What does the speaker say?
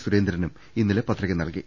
സുരേന്ദ്രനും ഇന്നലെ പത്രിക നൽകി